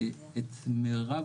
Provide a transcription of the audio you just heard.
את מירב,